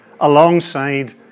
alongside